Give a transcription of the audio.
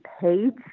page